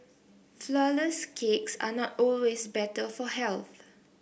flourless cakes are not always better for health